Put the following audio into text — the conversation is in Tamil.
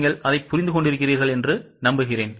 நீங்கள் புரிந்து கொள்கிறீர்களா